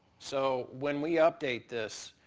so when we update this